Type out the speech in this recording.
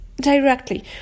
directly